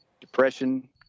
depression